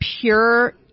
pure